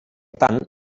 tant